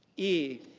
e,